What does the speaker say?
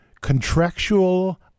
contractual